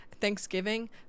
Thanksgiving